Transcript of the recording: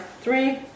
three